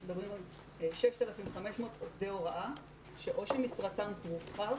ואנחנו מדברים על 6,500 עובדי הוראה שאו שמשרתם תורחב